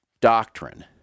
doctrine